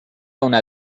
una